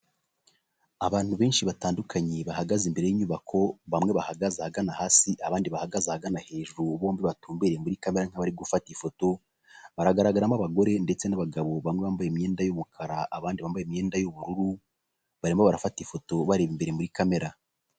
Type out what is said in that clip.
Abantu benshi batandukanye bahagaze imbere y'inyubako bamwe bahagaze ahagana hasi abandi bahagaze ahagana hejuru bombi batumbiriye muri kamera barimo gufata ifoto, bagaragaramo abagore ndetse n'abagabo bamwe bambaye imyenda y'umukara abandi bambaye imyenda y'ubururu barimo barafata ifoto bareba imbere muri kamera.